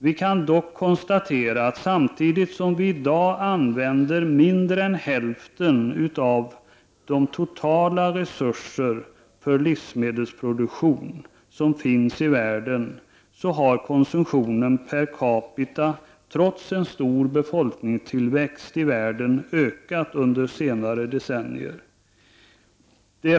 Vi kan dock konstatera att samtidigt som vi i dag använder mindre än hälften av de totala resurser som finns för livsmedelsproduktionen i världen så har konsumtionen per capita, trots en stor befolkningstillväxt, ökat under senare decennium.